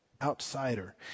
outsider